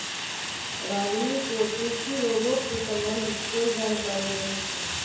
रागिनी को कृषि रोबोट से संबंधित कोई जानकारी नहीं है